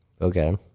Okay